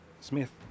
Smith